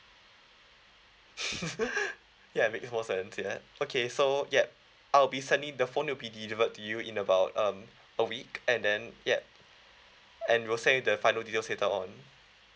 yeah makes more sense ya okay so ya I'll be sending the phone will be delivered to you in about um a week and then ya and we'll send you the final details later on